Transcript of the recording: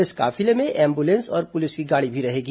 इस काफिले में एंबुलेंस और पुलिस की गाड़ी भी रहेंगी